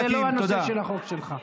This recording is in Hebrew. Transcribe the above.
זה לא הנושא של החוק שלך.